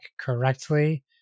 correctly